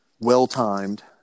well-timed